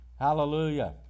Hallelujah